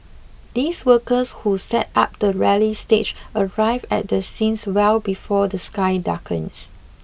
these workers who set up the rally stage arrive at the scene well before the sky darkens